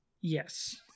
Yes